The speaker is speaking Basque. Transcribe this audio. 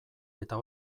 eta